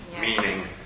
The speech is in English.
Meaning